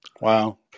Wow